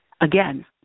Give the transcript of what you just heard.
Again